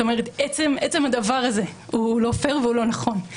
עצם הדבר הזה הוא לא פייר והוא לא נכון.